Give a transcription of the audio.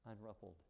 Unruffled